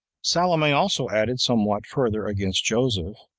salome also added somewhat further against joseph,